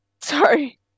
Sorry